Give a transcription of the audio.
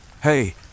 Hey